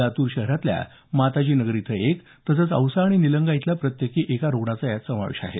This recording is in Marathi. लातूर शहरातल्या माताजी नगर इथं एक तसंच औसा आणि निलंगा इथला प्रत्येकी एक रुग्ण आहे